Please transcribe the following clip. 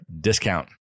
discount